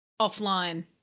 offline